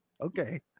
Okay